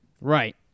right